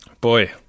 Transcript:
Boy